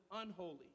unholy